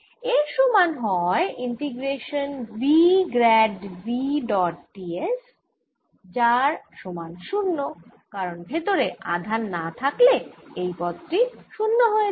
এর সমান হয় integration v grad v dot d s যার সমান শুন্য কারণ ভেতরে আধান না থাকলে এই পদ টি 0 হয়ে যায়